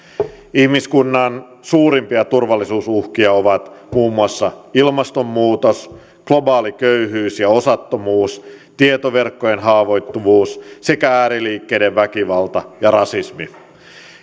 ihmiskunnan suurimpia turvallisuusuhkia ovat muun muassa ilmastonmuutos globaali köyhyys ja osattomuus tietoverkkojen haavoittuvuus sekä ääriliikkeiden väkivalta ja rasismi